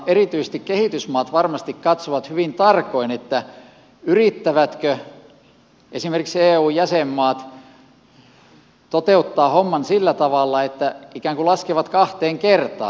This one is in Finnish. erityisesti kehitysmaat varmasti katsovat hyvin tarkoin yrittävätkö esimerkiksi eu jäsenmaat toteuttaa homman sillä tavalla että ikään kuin laskevat kahteen kertaan asioita